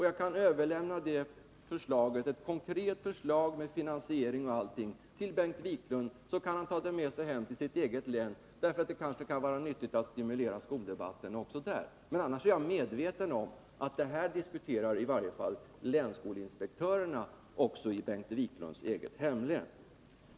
Jag kan överlämna ett konkret förslag, med finansiering och allt, till Bengt Wiklund. Han kan ta det med sig hem till sitt eget län. Det kanske kan vara nyttigt att stimulera skoldebatten också där. Annars är jag medveten om att detta diskuteras i varje fall av länsskoleinspektörerna också i Bengt Wiklunds hemlän.